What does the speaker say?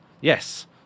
yes